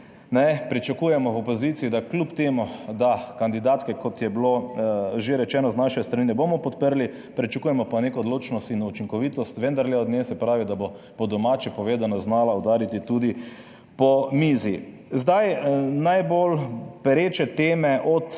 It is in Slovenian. Pričakujemo v opoziciji, da kljub temu, da kandidatke, kot je bilo že rečeno, z naše strani ne bomo podprli, pričakujemo pa neko odločnost in učinkovitost, vendarle od nje, se pravi, da bo po domače povedano, znala udariti tudi po mizi. Zdaj, najbolj pereče teme od